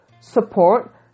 support